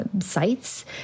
sites